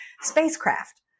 spacecraft